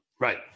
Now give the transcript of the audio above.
Right